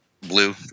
Blue